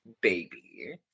baby